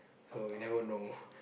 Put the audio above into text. so we never know